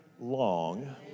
long